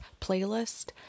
playlist